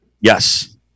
Yes